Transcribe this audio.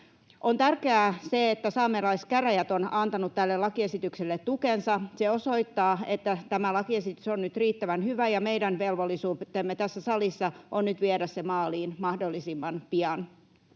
On tärkeää se, että saamelaiskäräjät on antanut tälle lakiesitykselle tukensa. Se osoittaa, että tämä lakiesitys on nyt riittävän hyvä, ja meidän velvollisuutemme tässä salissa on nyt viedä se maaliin mahdollisimman pian.